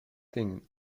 singh